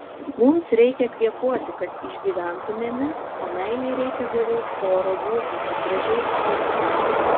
mums reikia kvėpuoti kad išgyventumėme o meilei reikia gaivaus oro gūsio kad gražiai augtų